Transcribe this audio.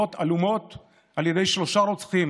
בנסיבות עלומות על ידי שלושה רוצחים,